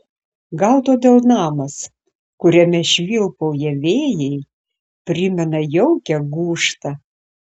gal todėl namas kuriame švilpauja vėjai primena jaukią gūžtą